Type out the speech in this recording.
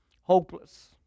Hopeless